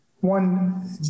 One